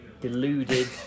deluded